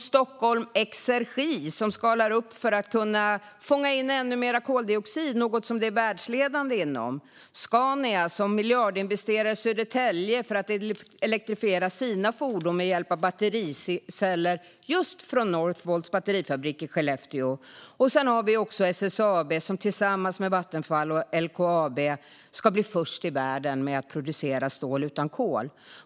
Stockholm Exergi skalar upp för att kunna fånga in ännu mer koldioxid, något de är världsledande inom. Scania miljardinvesterar i Södertälje för att kunna elektrifiera sina fordon med hjälp av battericeller från just Northvolts batterifabrik i Skellefteå. SSAB ska tillsammans med Vattenfall och LKAB bli först i världen med att producera stål utan kol.